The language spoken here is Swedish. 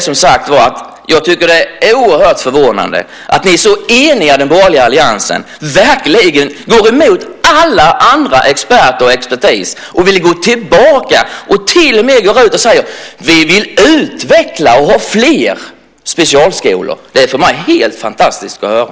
Jag tycker att det är oerhört förvånande att ni så eniga i den borgerliga alliansen verkligen går emot alla andra och alla experter och vill gå tillbaka och till och med går ut säger att ni vill utveckla detta och ha fler specialskolor. Det är för mig helt fantastiskt att höra.